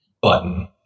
button